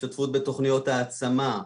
השתתפות בתוכניות העצמה,